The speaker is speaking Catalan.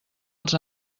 els